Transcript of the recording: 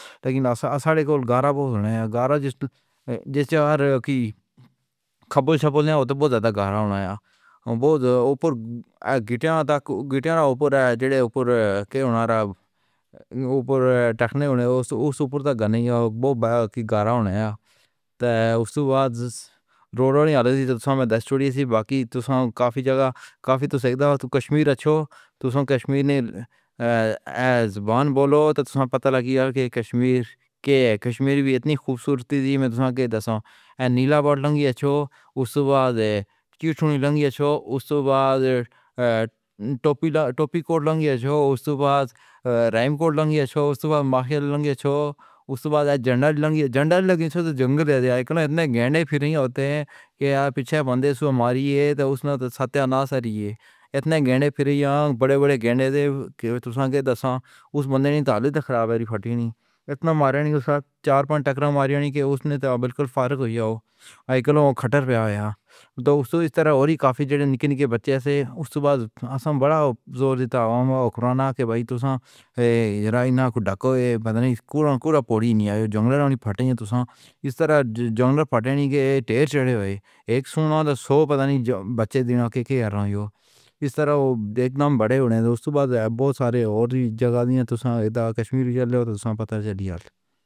لیکن اِس سارے کو گارا بہت ہونا۔ گارا جس جس چار کی کھپّل چھپّل ہوتے بہت زیادہ گہرا ہونا۔ اب اوہ اُپر گھٹیا تک گھٹیا تے اُپر جدے اُپر دے اُنہارا اُپر ٹخنے ہونے اُسے اُس اُپر تو گھنی تے بہت گہرا ہونے۔ تو اُس واج روڈ والی آلیسی تُس میں دست چھوڑی سی باقی۔ تُس کافی جگہ کافی تُس۔ کشمیر چھو۔ تُس کشمیر نے آزبان۔ بولو تو پتہ لگے گا کہ کشمیر دے کشمیر وی اِتنی خوبصورت سی۔ میں تو آئیکے دساں، نیلا باڈی لگی چھو۔ اُس وخت دی لنگی چھو۔ اُس دے بعد ٹوپی، ٹوپی کوٹ لگی چھو۔ اُس دے بعد ریم کوٹ لگی چھو۔ اُس دے بعد باقی لگے چھو۔ اُس دے بعد جھنڈا جھنڈا۔ لگی جنگل۔ اِتنے گینڈے پھر نہیں ہوندے کیا؟ پیچھے بندے سو ماریے تو اُس نے ستیاناش آ رہی اے۔ اِتنے گینڈے پھر یا وڈے وڈے گینڈے دے تُس دے نال اُس بندے نے تعداد خراب فٹی نہیں۔ اِتنا مارن دے بعد چار پاں ٹکرا ماری نہیں کے اُس نے تو بالکل فرق ہو یا۔ اوہ آئیکے کھٹّر وی ہویا تو اُسی طرح تے وی کافی نکلے۔ دے بچے سن اُس وقت پر اَساں وڈا زور دیندا ہاں۔ خورانہ دے بھائی تُس ای رانی نا خدا کو ای پتہ نہیں کون کون پوری نہیں جنگل۔ فٹے تو اِس طرح جنگل فٹے نہیں دے ٹیڑھ چڑھے ہوئے اک۔ سوں پتہ نہیں بچے دے دے اَر ہو۔ اِس طرح اِکدم وڈے ہو گئے۔ اُس وقت پر بہت سارے تے جگا دِیا تو ایسا کشمیر جیسا پتہ چلا۔